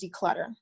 declutter